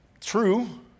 True